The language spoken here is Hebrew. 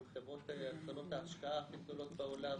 עם חברות --- קרנות ההשקעה הכי גדולות בעולם.